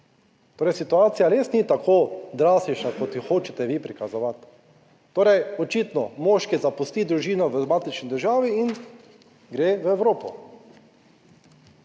Torej, situacija res ni tako drastična kot jo hočete vi prikazovati. Torej, očitno moški zapusti družino v matični državi in gre v Evropo.